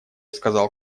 сказал